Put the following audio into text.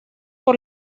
por